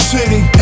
City